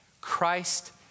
Christ